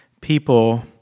People